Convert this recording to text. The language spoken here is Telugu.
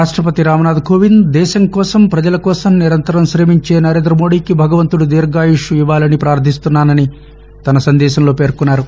రాష్టపతి రామ్నాథ్ కోవింద్ దేశం కోసం ప్రపజల కోసం నిరంతరం శమించే నరేందమోడీకి భగవంతుడు దీర్భాయుష్టను ఇవ్వాలని ప్రార్థిస్తున్నానని తన సందేశంలో పేర్సొన్నారు